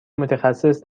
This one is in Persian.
متخصص